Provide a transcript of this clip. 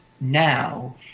now